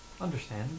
understand